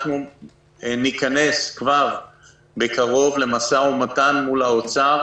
ניכנס בקרוב למשא ומתן עם האוצר